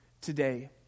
today